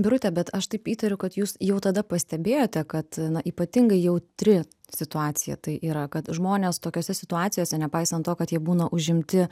birute bet aš taip įtariu kad jūs jau tada pastebėjote kad na ypatingai jautri situacija tai yra kad žmonės tokiose situacijose nepaisant to kad jie būna užimti